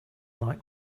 like